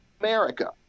America